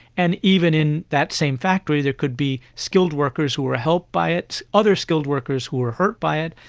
and even in that same factory there could be skilled workers who are helped by it, other skilled workers who are hurt by it,